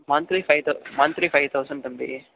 monthly five thou monthly five thousand தம்பி